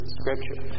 scripture